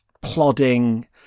plodding